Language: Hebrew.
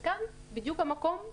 וכאן בדיוק המקום שלנו,